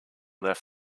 left